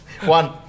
One